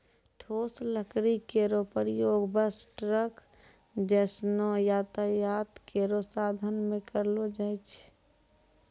ठोस लकड़ी केरो प्रयोग बस, ट्रक जैसनो यातायात केरो साधन म करलो जाय छै